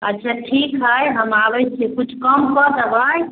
अच्छा ठीक हइ हम आबै छी किछु कम कऽ देबै